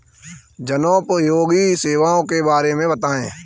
जनोपयोगी सेवाओं के बारे में बताएँ?